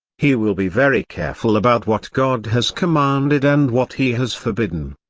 he will be very careful about what god has commanded and what he has forbidden.